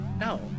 No